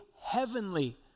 heavenly